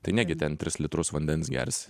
tai negi ten tris litrus vandens gersi